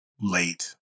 late